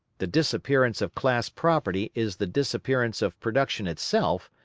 the disappearance of class property is the disappearance of production itself,